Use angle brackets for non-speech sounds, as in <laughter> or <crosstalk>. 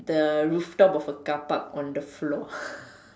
the rooftop of a car Park on the floor <laughs>